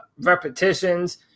repetitions